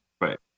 Right